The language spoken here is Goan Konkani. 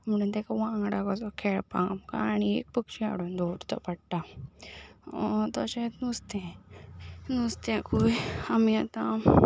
म्हणून ताका वांगडा कसो खेळपाक आमकां आनी एक पक्षी हाडून दवरचो पडटा तशेंच नुस्तें नुस्त्याकूय आमी आतां